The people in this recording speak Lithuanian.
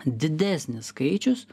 didesnis skaičius